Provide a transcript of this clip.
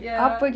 ya